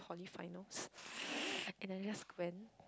poly finals and I just went